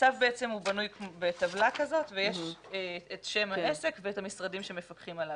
הצו בעצם בנוי בטבלה כזאת ויש את שם העסק ואת המשרדים שמפקחים עליו.